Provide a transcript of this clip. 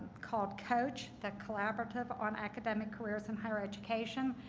called coach, the collaborative on academic careers in higher education.